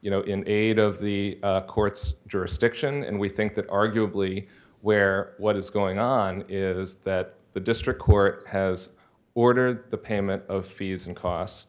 you know in aid of the court's jurisdiction and we think that arguably where what is going on is that the district court has ordered the payment of fees and cost